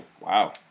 wow